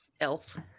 Elf